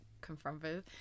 confronted